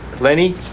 Lenny